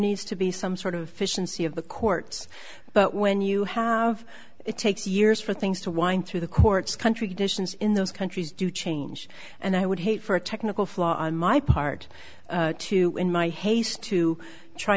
needs to be some sort of fish and sea of the courts but when you have it takes years for things to wind through the courts country conditions in those countries do change and i would hate for a technical flaw in my part to in my haste to try